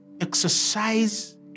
exercise